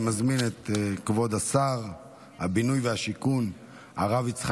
אני מזמין את כבוד שר הבינוי והשיכון הרב יצחק